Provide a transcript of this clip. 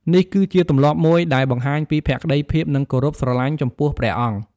នេះគឺជាទម្លាប់មួយដែលបង្ហាញពីភក្តីភាព និងគោរពស្រលាញ់ចំពោះព្រះអង្គ។